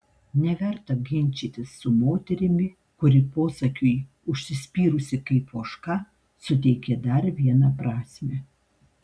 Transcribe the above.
neverta ginčytis su moterimi kuri posakiui užsispyrusi kaip ožka suteikė dar vieną prasmę